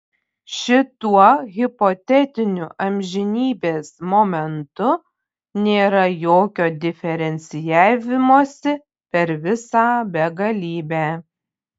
šituo hipotetiniu amžinybės momentu nėra jokio diferencijavimosi per visą begalybę